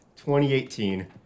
2018